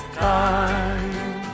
time